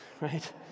right